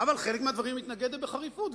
אבל לחלק מהדברים היא מתנגדת בחריפות,